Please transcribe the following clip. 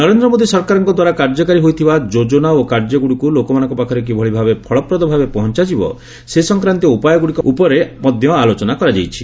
ନରେନ୍ଦ୍ର ମୋଦି ସରକାରଙ୍କ ଦ୍ୱାରା କାର୍ଯ୍ୟକାରୀ ହୋଇଥିବା ଯୋଜନା ଓ କାର୍ଯ୍ୟଗୁଡ଼ିକୁ ଲୋକମାନଙ୍କ ପାଖରେ କିଭଳି ଭାବେ ଫଳପ୍ରଦ ଭାବେ ପହଞ୍ଚାଯିବ ସେ ସଂକ୍ରାନ୍ତୀୟ ଉପାୟଗୁଡ଼ିକ ଉପରେ ମଧ୍ୟ ଆଲୋଚନା କରାଯାଇଛି